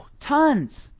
Tons